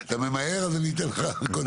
אם אתה ממהר, אתן לך.